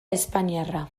espainiarra